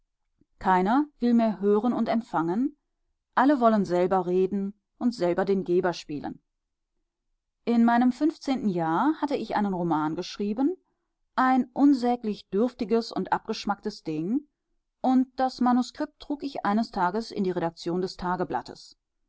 keiner will mehr hören und empfangen alle wollen selber reden und selber den geber spielen in meinem fünfzehnten jahr hatte ich einen roman geschrieben ein unsäglich dürftiges und abgeschmacktes ding und das manuskript trug ich eines tages in die redaktion des